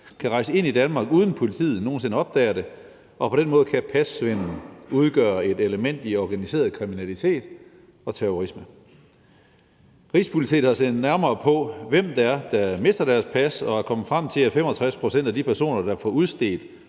kan rejse ind i Danmark, uden at politiet nogen sinde opdager det. Og på den måde kan passvindel udgøre et element i organiseret kriminalitet og terrorisme. Rigspolitiet har set nærmere på, hvem det er, der mister deres pas, og er kommet frem til, at 65 pct. af de personer, der får udstedt